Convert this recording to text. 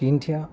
India